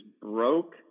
broke